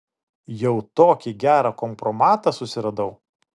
jau tokį gerą kompromatą susiradau